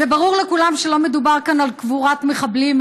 זה ברור לכולם שלא מדובר כאן על קבורת מחבלים,